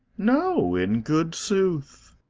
no, in good sooth.